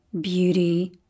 beauty